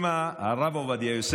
אני אומר לה: אימא, הרב עובדיה יוסף